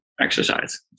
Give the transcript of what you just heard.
exercise